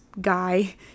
guy